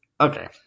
okay